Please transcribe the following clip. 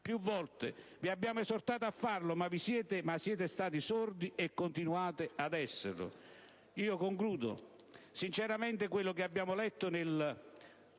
Più volte vi abbiamo esortato a farlo, ma siete stati sordi e continuate ad esserlo. Sinceramente - e concludo - quello che abbiamo letto nel